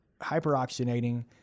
hyperoxygenating